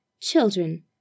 Children